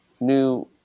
new